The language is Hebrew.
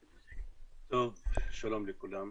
טוב, שלום לכולם.